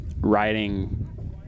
writing